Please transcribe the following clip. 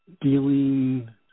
dealing –